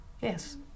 Yes